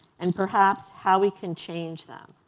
and perhaps how we can change them.